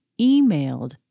emailed